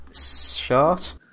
short